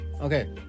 Okay